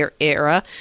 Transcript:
era